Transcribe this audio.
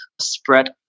spread